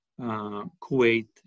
kuwait